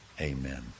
Amen